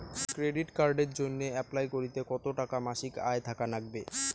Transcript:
Credit কার্ডের জইন্যে apply করিতে কতো টাকা মাসিক আয় থাকা নাগবে?